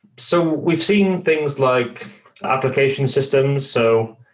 so we've seen things like applications systems. so,